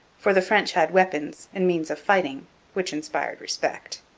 for the french had weapons and means of fighting which inspired respect.